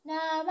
Now